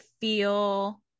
feel